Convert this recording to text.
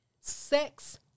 Sex